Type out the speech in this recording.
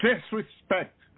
disrespect